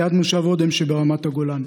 ליד מושב אודם שברמת הגולן,